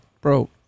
bro